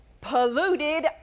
polluted